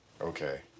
Okay